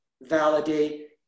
validate